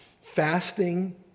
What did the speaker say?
Fasting